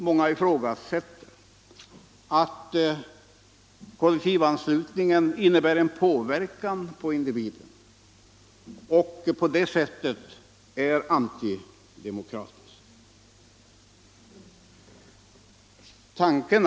Många anser att kollektivanslutning innebär en påverkan på individen och på det sättet är antidemokratisk — reservationsrätten innebär en säkerhet mot den risken.